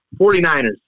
49ers